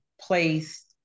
placed